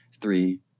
three